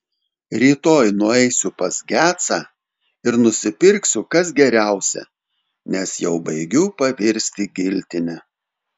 rytoj nueisiu pas gecą ir nusipirksiu kas geriausia nes jau baigiu pavirsti giltine